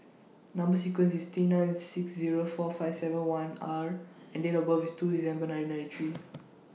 Number sequence IS T nine six Zero four five seven one R and Date of birth IS two December ninety ninety three